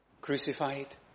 Crucified